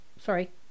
sorry